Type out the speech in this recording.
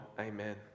Amen